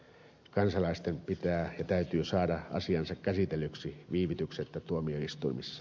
kansalaisten pitää ja täytyy saada asiansa käsitellyksi viivytyksettä tuomioistuimissas